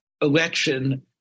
election